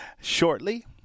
shortly